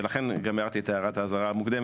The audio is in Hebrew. ולכן גם הערתי את הערת האזהרה המוקדמת